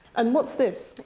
and what's this?